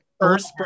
first